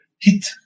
hit